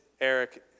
Eric